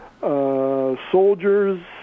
soldiers